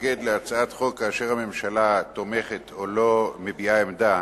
להתנגד להצעת חוק כאשר הממשלה תומכת או לא מביעה עמדה